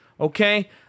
okay